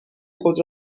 خود